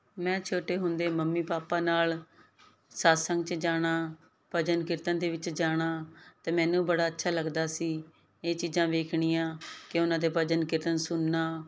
ਮੈਂ ਛੋਟੇ ਹੁੰਦੇ ਮੰਮੀ ਪਾਪਾ ਨਾਲ ਸਤਿਸੰਗ ਚ ਜਾਣਾ ਭਜਨ ਕੀਰਤਨ ਦੇ ਵਿੱਚ ਜਾਣਾ ਤੇ ਮੈਨੂੰ ਬੜਾ ਅੱਛਾ ਲੱਗਦਾ ਸੀ ਇਹ ਚੀਜ਼ਾਂ ਵੇਖਣੀਆਂ ਕਿ ਉਹਨਾਂ ਤੇ ਭਜਨ ਕੀਰਤਨ ਸੁਣਨਾ